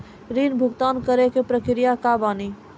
ऋण भुगतान करे के प्रक्रिया का बानी?